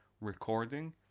recording